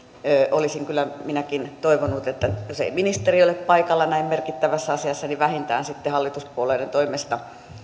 olisin kyllä minäkin toivonut että jos ei ministeri ole paikalla näin merkittävässä asiassa niin vähintään sitten hallituspuolueiden toimesta